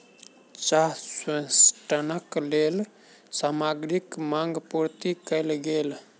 चाह संवेष्टनक लेल सामग्रीक मांग पूर्ति कयल गेल